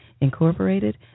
Incorporated